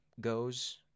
goes